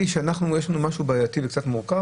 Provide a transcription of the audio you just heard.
שכאשר יש לנו משהו בעייתי וקצת מורכב,